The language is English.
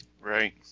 Right